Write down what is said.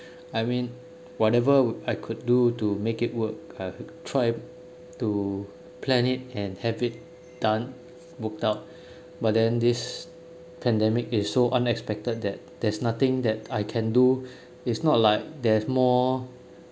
I mean whatever I could do to make it work I try to plan it and have it done booked out but then this pandemic is so unexpected that there's nothing that I can do it's not like there's more